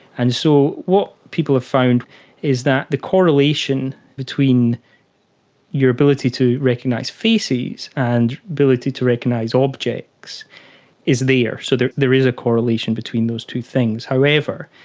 and so what people have found is that the correlation between your ability to recognise faces and ability to recognise objects is there. so there there is a correlation between those two things. however,